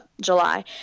July